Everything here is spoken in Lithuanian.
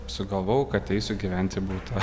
sugalvojau kad eisiu gyvent į butą